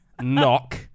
Knock